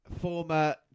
Former